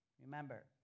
Remember